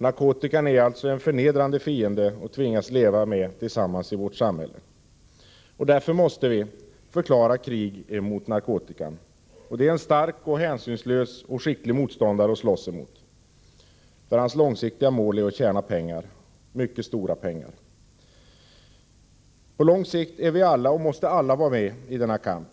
Narkotikan är alltså en förnedrande fiende att tvingas leva tillsammans med i vårt samhälle. Därför måste vi förklara krig mot narkotikan. Det är en stark, hänsynslös och skicklig motståndare vi har att slåss emot, vars långsiktiga mål är att tjäna pengar, mycket stora pengar. På lång sikt är vi alla — och måste vi alla vara — med i denna kamp.